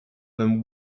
than